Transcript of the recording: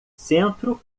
centro